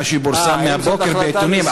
מה שפורסם מהבוקר בעיתונים,